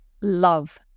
love